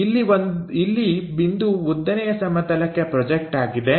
ಇಲ್ಲಿ ಬಿಂದು ಉದ್ದನೆಯ ಸಮತಲಕ್ಕೆ ಪ್ರೊಜೆಕ್ಟ್ ಆಗಿದೆ